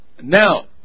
now